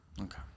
Okay